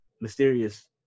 mysterious